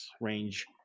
range